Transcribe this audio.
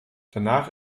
danach